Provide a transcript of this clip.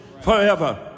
forever